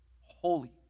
holy